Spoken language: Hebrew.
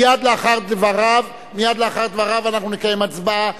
מייד לאחר דבריו אנחנו נקיים הצבעה.